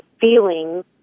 feelings